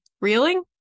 Reeling